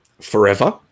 forever